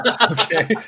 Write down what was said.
okay